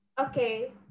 okay